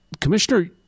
Commissioner